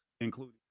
including